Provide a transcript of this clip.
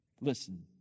Listen